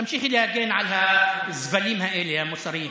תמשיכי להגן על הזבלים האלה, המוסריים.